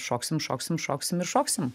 šoksim šoksim šoksim ir šoksim